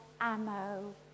ammo